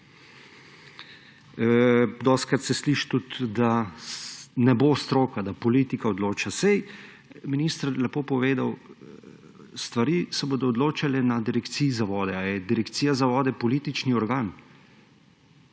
Dostikrat se sliši tudi, da ne bo stroka, da politika odloča. Saj je minister lepo povedal, stvari se bodo odločale na Direkcije za vode. Ali je Direkcija za vode politični organ?